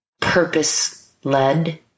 purpose-led